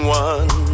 one